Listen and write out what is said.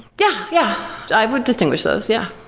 yeah, yeah. i would distinguish those. yeah.